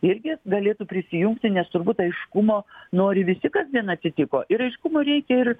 irgi galėtų prisijungti nes turbūt aiškumo nori visi kas ten atsitiko ir aiškumo reikia ir